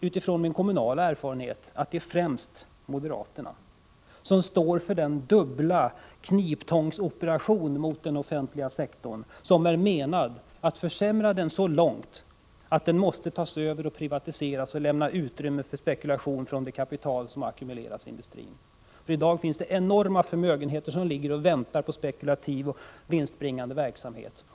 Utifrån min kommunala erfarenhet kan jag säga att det är ffrämst moderaterna som står för den dubbla kniptångsoperation mot den offentliga sektorn som är menad att försämra den så långt att den måste tas över och privatiseras och då lämna utrymme för spekulation från det kapital som ackumulerats i industrin. I dag finns det enorma förmögenheter som ligger och väntar på spekulativ och vinstbringande verksamhet.